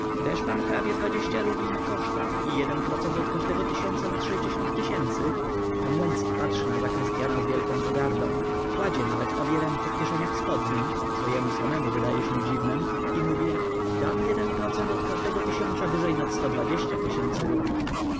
desz pan hrabia dwadzieścia rubli na koszta i jeden procent od każdego tysiąca nad sześćdziesiąt tysięcy pan łęcki patrzy na zakrystyana z wielką pogardą kładzie nawet obie ręce w kieszenie spodni co jemu samemu wydaje się dziwnem i mówi dam jeden procent od każdego tysiąca wyżej nad sto dwadzieścia tysięcy rubli